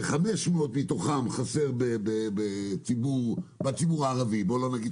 ו-500 מתוכן חסרות בציבור הערבי בואו לא נגיד